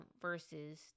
versus